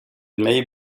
may